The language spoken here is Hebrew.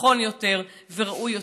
נכון יותר וראוי יותר,